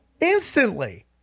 instantly